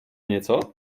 něco